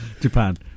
Japan